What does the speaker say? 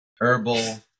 herbal